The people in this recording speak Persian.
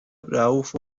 رئوف